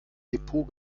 depot